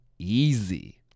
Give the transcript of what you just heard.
easy